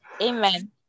Amen